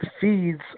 feeds